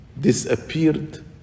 disappeared